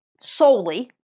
solely